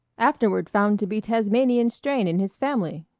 afterward found to be tasmanian strain in his family!